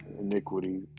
iniquity